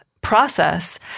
process